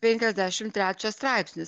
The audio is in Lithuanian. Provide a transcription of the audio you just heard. penkiasdešim trečias straipsnis